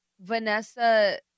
Vanessa